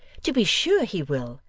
to be sure he will!